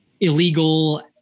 illegal